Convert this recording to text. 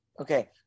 Okay